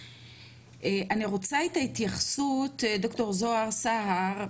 אני רוצה את ההתייחסות ד"ר זוהר סהר,